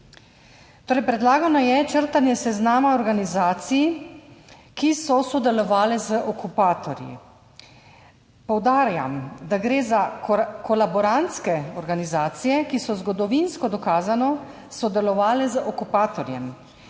Torej, predlagano je črtanje seznama organizacij, ki so sodelovale z okupatorji. Poudarjam, da gre za kolaborantske organizacije, ki so zgodovinsko dokazano sodelovale z okupatorjem